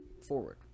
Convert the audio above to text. forward